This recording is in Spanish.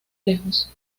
lejos